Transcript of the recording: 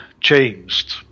changed